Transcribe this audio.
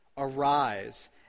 Arise